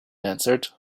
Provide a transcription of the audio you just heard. answered